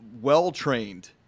well-trained